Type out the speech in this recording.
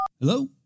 Hello